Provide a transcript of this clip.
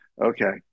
Okay